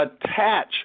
attach